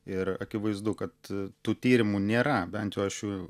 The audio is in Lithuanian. ir akivaizdu kad tų tyrimų nėra bent aš jų